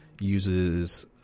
uses